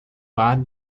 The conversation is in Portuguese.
bar